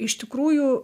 iš tikrųjų